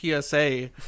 PSA